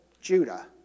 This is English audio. Judah